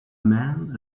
man